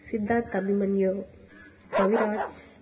Siddharth Abhimanyu Kaviraj